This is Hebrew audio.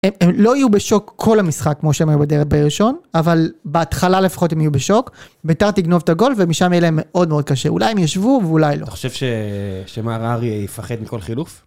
הם לא יהיו בשוק כל המשחק, כמו שהם היו בדרך בראשון, אבל בהתחלה לפחות הם יהיו בשוק. ביתר תגנוב את הגול ומשם יהיה להם מאוד מאוד קשה. אולי הם ישבו ואולי לא. אתה חושב שמער ארי יפחד מכל חילוף?